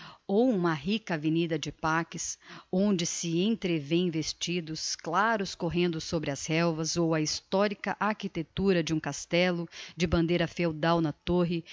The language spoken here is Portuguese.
ou uma rica avenida de parques onde se entreveem vestidos claros correndo sobre as relvas ou a historica architectura de um castello de bandeira feudal na torre